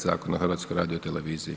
Zakona o HRT-u.